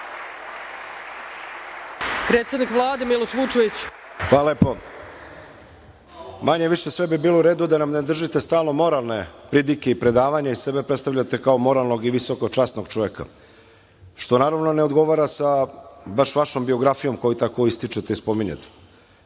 predsednik Vlade. **Miloš Vučević** Hvala lepo. Manje-više sve bi bilo u redu da nam ne držite stalno moralne pridike i predavanja i sebe predstavljate kao moralnog i visoko časnog čoveka, što naravno, ne odgovara sa baš vašom biografijom koju tako ističete i spominjete. Pa,